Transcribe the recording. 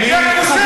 יא כושל.